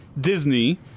Disney